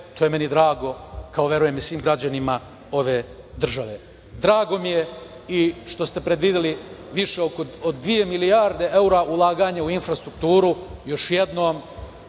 To je meni drago kao, verujem, i svim građanima ove države. Drago mi je i što ste predvideli i više od dve milijarde evra ulaganje u infrastrukturu. Još jednom,